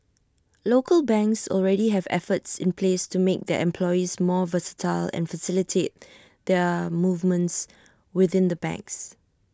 local banks already have efforts in place to make their employees more versatile and facilitate their movements within the banks